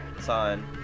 sign